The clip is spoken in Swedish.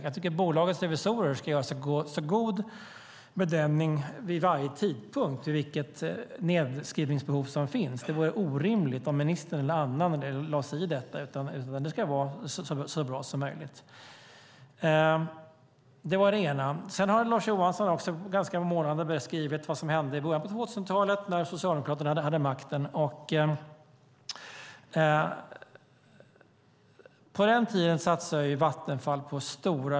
Jag tycker att bolagets revisorer ska göra en så god bedömning som möjligt vid varje tidpunkt i fråga om vilket nedskrivningsbehov som finns. Det vore orimligt om ministern eller någon annan lade sig i detta. Det ska vara så bra som möjligt. Det var det ena. Sedan har Lars Johansson ganska målande beskrivit vad som hände i början av 2000-talet när Socialdemokraterna hade makten.